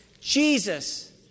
Jesus